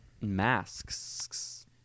masks